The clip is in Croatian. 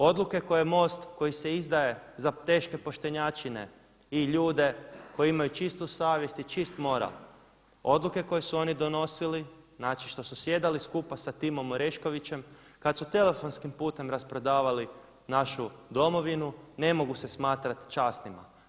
Odluke koje je MOST, koji se izdaje za teške poštenjačine i ljude koji imaju čistu savjest i čist moral, odluke koje su oni donosili znači što su sjedali skupa sa Timom Oreškovićem kad su telefonskim putem rasprodavali našu domovinu ne mogu se smatrati časnima.